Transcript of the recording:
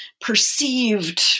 perceived